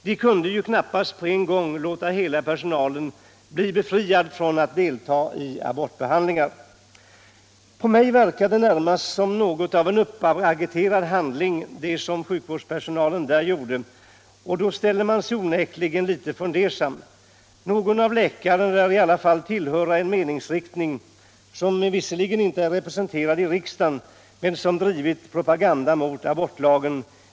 Man kunde ju knappast på en enda gång låta hela personalen bli befriad från att delta i abortbehandling. På mig verkar det som om sjukvårdspersonalen där gjorde närmast något av en uppagiterad handling. Och då ställer man sig onekligen litet fundersam. Någon av läkarna lär i alla fall tillhöra en meningsriktning som inte är representerad i riksdagen men som drivit propaganda mot abortlagen.